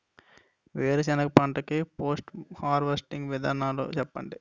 వేరుసెనగ పంట కి పోస్ట్ హార్వెస్టింగ్ విధానాలు చెప్పండీ?